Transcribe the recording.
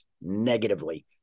negatively